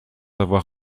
avoir